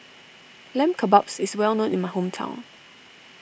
Lamb Kebabs is well known in my hometown